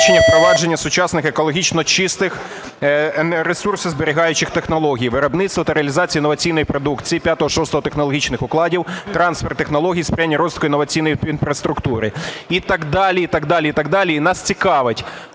впровадження сучасних екологічно чистих ресурсозберігаючих технологій, виробництво та реалізацію інноваційної продукції 5 та 6 технологічних укладів, трансфер технологій, сприяння розвитку інноваційної інфраструктури і так далі. І нас цікавить,